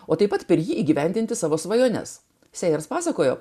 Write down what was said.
o taip pat per jį įgyvendinti savo svajones seimas pasakojo